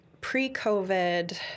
pre-COVID